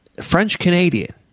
French-Canadian